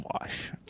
wash